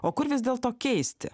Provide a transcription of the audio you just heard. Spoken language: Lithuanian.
o kur vis dėlto keisti